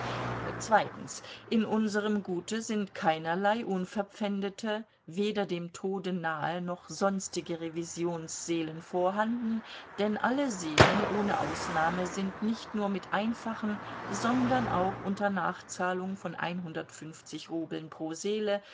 in unserm gute sind keinerlei unverpfändete weder dem tode nahe noch sonstige revisionsseelen vorhanden denn alle seelen ohne ausnahme sind nicht nur mit einfachen sondern auch unter nachzahlung von einhundertfünfzig rubeln pro seele